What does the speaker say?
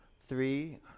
three